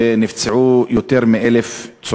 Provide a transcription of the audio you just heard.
ונפצעו יותר מ-1,000.